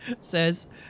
says